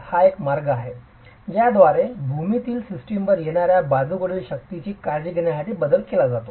हा एक मार्ग आहे ज्याद्वारे भूमितीमध्ये सिस्टमवर येणार्या बाजूकडील शक्तीची काळजी घेण्यासाठी बदल केला जातो